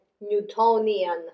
newtonian